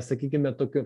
sakykime tokiu